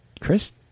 Chris